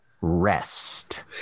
rest